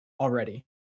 already